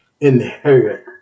inherit